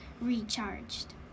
recharged